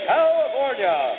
California